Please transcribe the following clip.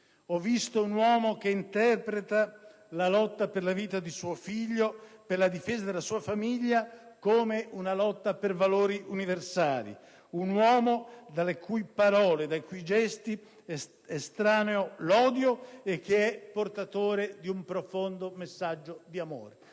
Ho visto un uomo che interpreta la lotta per la vita di suo figlio e per la difesa della sua famiglia come una lotta per valori universali. Un uomo dalle cui parole e gesti è estraneo l'odio ed è portatore di un profondo messaggio di amore.